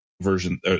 version